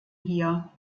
hier